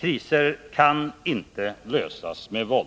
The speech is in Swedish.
Kriser kan inte lösas med våld,